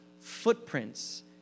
footprints